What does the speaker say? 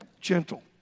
gentle